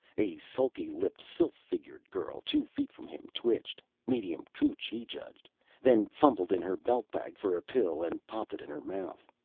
a sulky-lipped sylph-figured girl two feet from him twitched medium cootch, he judged then fumbled in her belt-bag for a pill and popped it in her mouth.